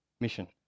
mission